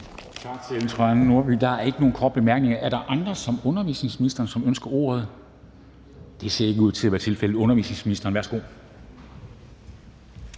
Tak til Ellen Trane Nørby. Der er ikke nogen korte bemærkninger. Er der andre end undervisningsministeren, som ønsker ordet? Det ser ikke ud til at være tilfældet. Undervisningsministeren, værsgo.